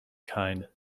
kind